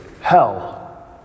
hell